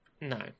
No